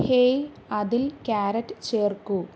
hey അതിൽ carrot ചേർക്കൂ